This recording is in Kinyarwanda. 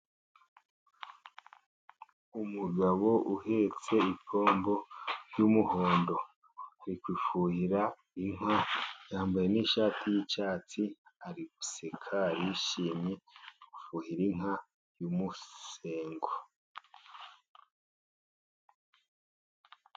Umugabo uhetse ipombo y'umuhondo ari gufuhira inka, yambaye n'ishati y'icyatsi, ari guseka, arishimye, ari gufuhira inka y'umusengo.